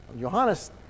Johannes